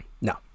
no